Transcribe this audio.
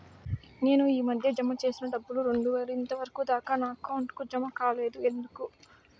నేను ఈ మధ్య జామ సేసిన డబ్బులు రెండు వేలు ఇంతవరకు దాకా నా అకౌంట్ కు జామ కాలేదు ఎందుకు?